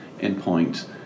endpoint